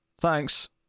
thanks